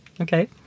Okay